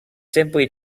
simply